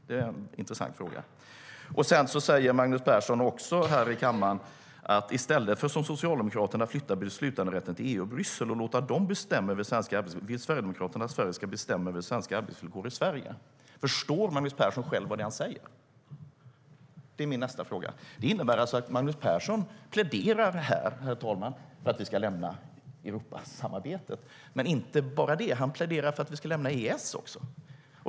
Det är en intressant fråga. Det innebär, herr talman, att Magnus Persson här pläderar för att vi ska lämna Europasamarbetet. Men inte bara det - han pläderar för att vi ska lämna EES också.